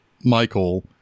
michael